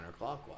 counterclockwise